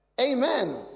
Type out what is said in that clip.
Amen